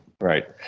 Right